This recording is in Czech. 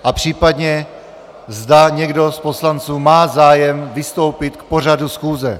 A případně, zda někdo z poslanců má zájem vystoupit k pořadu schůze.